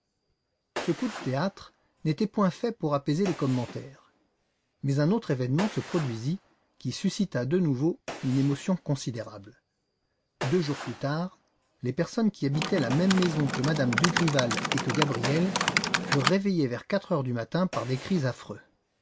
ce coup de théâtre n'était point fait pour apaiser les commentaires mais un autre événement se produisit qui suscita de nouveau une émotion considérable deux jours plus tard les personnes qui habitaient la même maison que m me dugrival et que gabriel furent réveillées vers quatre heures du matin par des cris affreux